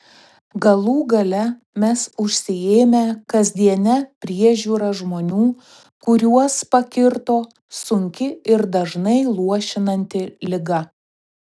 galų gale mes užsiėmę kasdiene priežiūra žmonių kuriuos pakirto sunki ir dažnai luošinanti liga